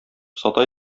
сата